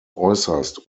äußerst